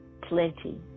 Plenty